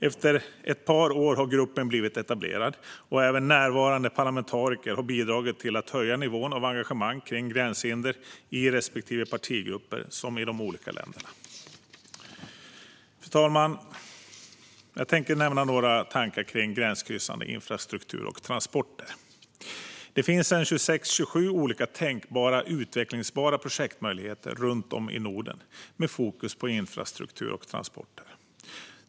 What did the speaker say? Efter ett par år har gruppen blivit etablerad, och även närvarande parlamentariker har bidragit till att höja nivån av engagemang kring gränshinder såväl i respektive partigrupper som i de olika länderna. Fru talman! Jag tänker nämna några tankar kring gränskryssande infrastruktur och transporter. Det finns 26-27 olika tänkbara, utvecklingsbara projektmöjligheter runt om i Norden med fokus på infrastruktur och transporter.